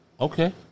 Okay